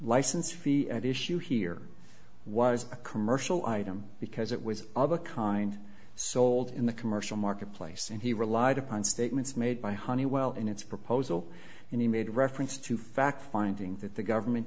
license fee at issue here was a commercial item because it was of a kind sold in the commercial marketplace and he relied upon statements made by honeywell in its proposal and he made reference to fact finding that the government